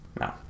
No